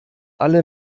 alle